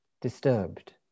disturbed